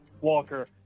Walker